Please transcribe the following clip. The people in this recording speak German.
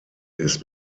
ist